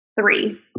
three